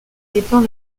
dépeint